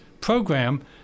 program